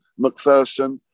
McPherson